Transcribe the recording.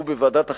בוועדת החינוך,